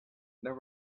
there